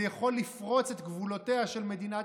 זה יכול לפרוץ את גבולותיה של מדינת